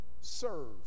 serve